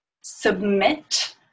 submit